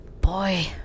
Boy